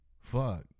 Fuck